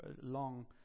Long